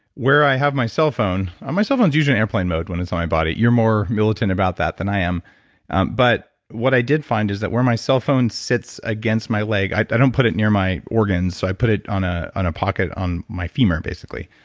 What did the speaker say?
where i have my cell phone, ah my cell phone is usually on airplane mode when it's on my body. you're more militant about that than i am but what i did find is that where my cell phone sits against my leg, i don't put it near my organs, so i put it on ah a pocket on my femur basically.